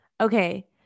Okay